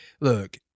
look